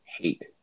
Hate